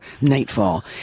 nightfall